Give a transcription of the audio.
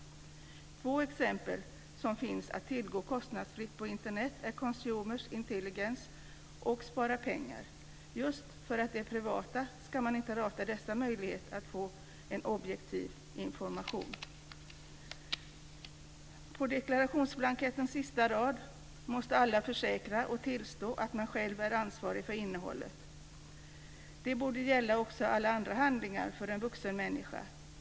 Två exempel som finns att tillgå kostnadsfritt på Internet är Consumer Intelligence och Spara Pengar. Man inte rata dessa möjligheter att få en objektiv information just för att de är privata. På deklarationsblankettens sista rad måste alla försäkra och tillstå att de själva är ansvariga för innehållet. Det borde gälla också alla andra handlingar för en vuxen människa.